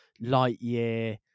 Lightyear